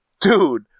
Dude